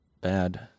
bad